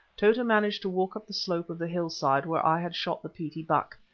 tota managed to walk up the slope of the hill-side where i had shot the petie buck.